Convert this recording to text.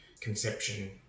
conception